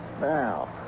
Now